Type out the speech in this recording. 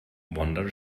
wonder